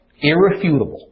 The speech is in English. irrefutable